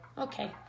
Okay